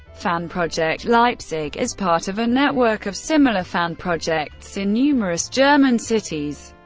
fanprojekt leipzig is part of a network of similar fanprojekts in numerous german cities.